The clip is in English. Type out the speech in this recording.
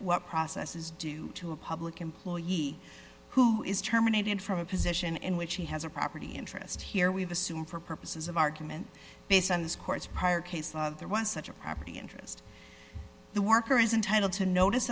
what process is due to a public employee who is terminated from a position in which he has a property interest here we've assumed for purposes of argument based on this court's prior case law there was such a property interest the worker is entitle to notice